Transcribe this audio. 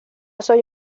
soy